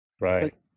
Right